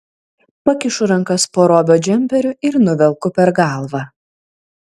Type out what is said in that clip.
pakišu rankas po robio džemperiu ir nuvelku per galvą